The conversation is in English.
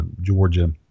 Georgia